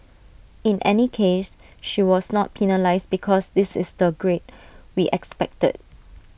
in any case she was not penalised because this is the grade we expected